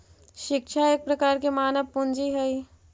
शिक्षा एक प्रकार के मानव पूंजी हइ